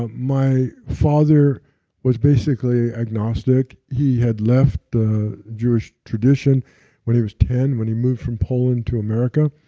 um my father was basically agnostic, he had left the jewish tradition when he was ten, when he moved from poland to america.